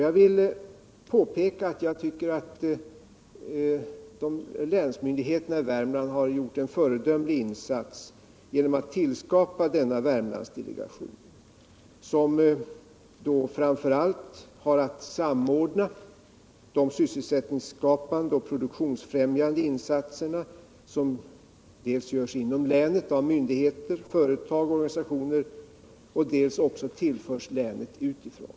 Jag vill påpeka att jag tycker att länsmyndigheterna i Värmland har gjort en föredömlig insats genom att tillskapa Värmlandsdelegationen, som framför allt har att samordna de sysselsättningsskapande och produktionsfrämjande insatserna, som dels görs inom länet av myndigheter, företag och organisationer, dels tillförs länet utifrån.